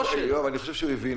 יואב, אני חושב שהוא הבין.